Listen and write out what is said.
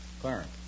Clarence